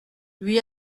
lui